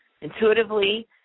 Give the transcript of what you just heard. intuitively